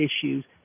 issues